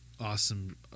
awesome